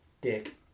Dick